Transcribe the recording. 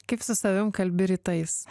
kaip su savim kalbi rytais